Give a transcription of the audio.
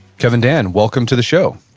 kevin dann, welcome to the show